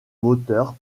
moteur